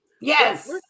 Yes